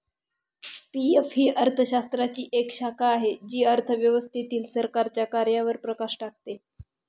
PF ही अर्थशास्त्राची एक शाखा आहे जी अर्थव्यवस्थेतील सरकारच्या कार्यांवर प्रकाश टाकते